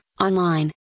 online